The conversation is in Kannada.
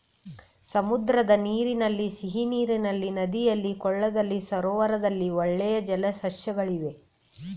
ಸಮುದ್ರದ ನೀರಿನಲ್ಲಿ, ಸಿಹಿನೀರಿನಲ್ಲಿ, ನದಿಯಲ್ಲಿ, ಕೊಳದಲ್ಲಿ, ಸರೋವರದಲ್ಲಿ ಬೆಳೆಯೂ ಜಲ ಸಸ್ಯಗಳಿವೆ